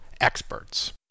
experts